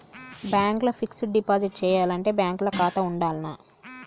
Bank ల fixed deposit చేయాలంటే bank ల ఖాతా ఉండాల్నా?